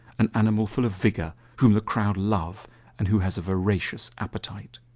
an animal full of vigor whom the crowd love and who has a voracious appetite.